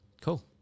cool